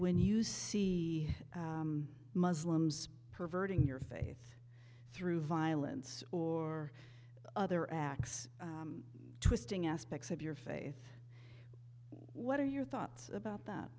when you see muslims perverting your faith through violence or other acts twisting aspects of your faith what are your thoughts about that